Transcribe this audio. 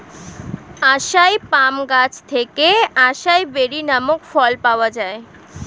আসাই palm গাছ থেকে acai berry নামক ফল পাওয়া যায়